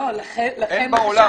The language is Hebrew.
אין בעולם.